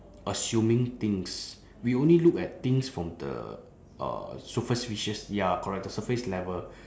assuming things we only look at things from the uh superficial ya correct the surface level